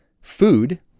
food